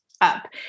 up